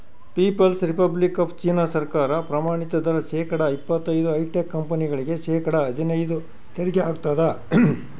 people's republic of China ಸರ್ಕಾರ ಪ್ರಮಾಣಿತ ದರ ಶೇಕಡಾ ಇಪ್ಪತೈದು ಹೈಟೆಕ್ ಕಂಪನಿಗಳಿಗೆ ಶೇಕಡಾ ಹದ್ನೈದು ತೆರಿಗೆ ಹಾಕ್ತದ